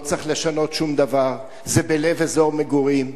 לא צריך לשנות שום דבר, זה בלב אזור מגורים.